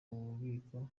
bubiko